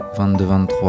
22-23